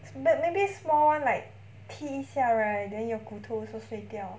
but maybe small one like 踢一下 right then your 骨头 also 碎掉